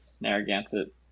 Narragansett